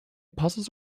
puzzles